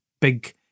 big